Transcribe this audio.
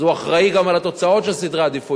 אז הוא אחראי גם על התוצאות של סדרי העדיפויות.